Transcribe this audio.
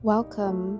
Welcome